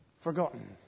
forgotten